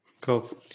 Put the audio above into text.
cool